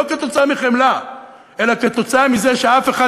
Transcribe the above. לא כתוצאה מחמלה אלא כתוצאה מזה שאף אחד